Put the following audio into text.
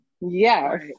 Yes